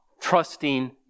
trusting